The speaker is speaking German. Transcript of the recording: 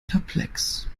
perplex